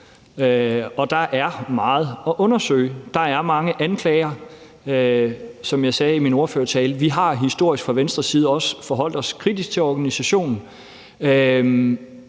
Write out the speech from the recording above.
Og der er meget at undersøge, der er mange anklager. Som jeg sagde i min ordførertale, har vi historisk fra Venstres side også forholdt os kritisk til organisationen.